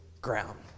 ground